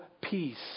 peace